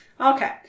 Okay